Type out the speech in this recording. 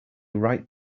right